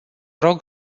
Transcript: rog